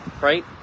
right